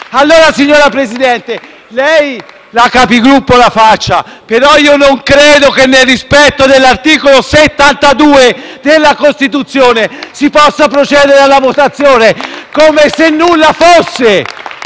Allora, signor Presidente, faccia la Capigruppo, ma non credo che nel rispetto dell'articolo 72 della Costituzione si possa procedere alla votazione come se nulla fosse.